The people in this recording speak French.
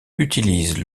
utilisent